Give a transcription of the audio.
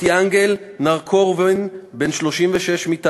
קיטיאנגל נרקורנבן, בן 36, מתאילנד,